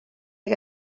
que